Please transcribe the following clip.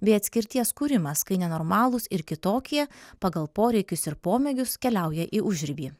bei atskirties kūrimas kai nenormalūs ir kitokie pagal poreikius ir pomėgius keliauja į užribį